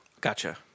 Gotcha